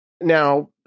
now